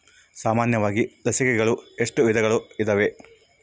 ಸಾಮಾನ್ಯವಾಗಿ ಸಸಿಗಳಲ್ಲಿ ಎಷ್ಟು ವಿಧಗಳು ಇದಾವೆ?